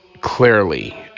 clearly